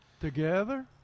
together